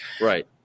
Right